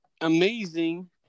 amazing